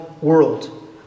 world